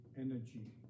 energy